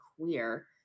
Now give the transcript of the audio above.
Queer